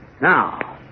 Now